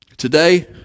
Today